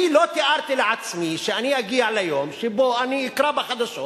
לא תיארתי לעצמי שאגיע ליום שבו אני אקרא בחדשות